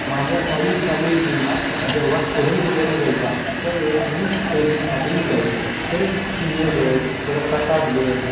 माझ्या काही शालेय जीवनात जेव्हा सहल वगैरे जायच्या त्यावेळेस मी ट्रेकिंगसाठी निघायचो तर सिंहगड परत प्रतापगड